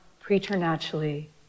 preternaturally